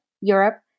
Europe